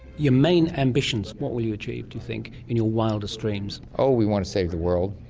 your main ambitions, what will you achieve do you think in your wildest dreams? oh we want to save the world!